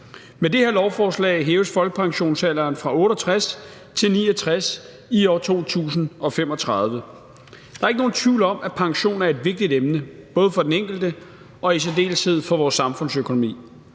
Med det her lovforslag hæves folkepensionsalderen fra 68 til 69 år i 2035. Der er ikke nogen tvivl om, at pension er et vigtigt emne, både for den enkelte og i særdeleshed for vores samfundsøkonomi.